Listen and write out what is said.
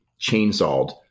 chainsawed